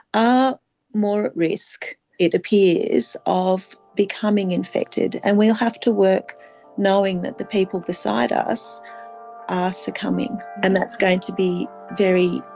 are more at risk, it appears, of becoming infected, and will have to work knowing that the people beside us are succumbing and that's going to be very,